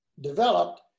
developed